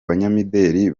banyamideli